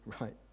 right